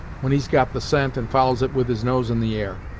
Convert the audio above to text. when he's got the scent and follows it with his nose in the air.